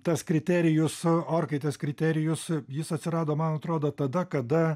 tas kriterijus orkaitės kriterijus jis atsirado man atrodo tada kada